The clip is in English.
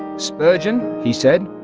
spurgeon, he said,